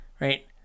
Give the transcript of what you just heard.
Right